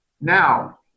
Now